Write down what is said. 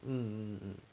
um um um